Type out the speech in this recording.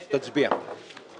תצביע.